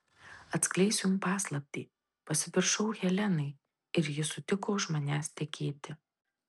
atskleisiu jums paslaptį pasipiršau helenai ir ji sutiko už manęs tekėti